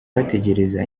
bategereza